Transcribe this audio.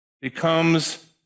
becomes